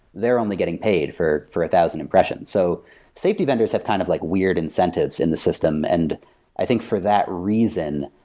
they're only getting paid for for a thousand impressions. so safety vendors have kind of like weird incentives in the system, and i think for that reason,